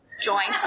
joints